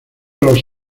los